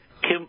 Kim